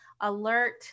alert